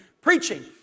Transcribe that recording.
preaching